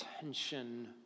attention